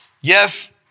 Yes